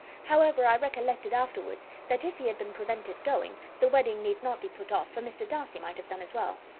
however, i recollected afterwards that if he had been prevented going, the wedding need not be put off, for mr. darcy might have done as well.